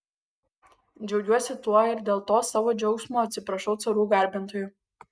džiaugiuosi tuo ir dėl to savo džiaugsmo atsiprašau carų garbintojų